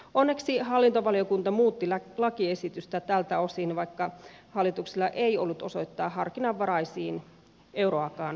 onneksi hallintovaliokunta muutti lakiesitystä tältä osin vaikka hallituksella ei ollut osoittaa harkinnanvaraisiin euroakaan rahaa